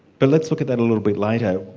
but let's look at that a little bit later,